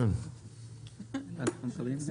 מביאים חשבוניות.